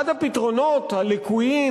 אחד הפתרונות הלקויים,